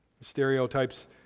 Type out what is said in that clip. stereotype's